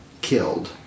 killed